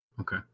Okay